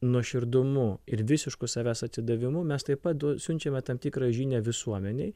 nuoširdumu ir visišku savęs atsidavimu mes taip pat duo siunčiame tam tikrą žinią visuomenei